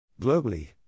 Globally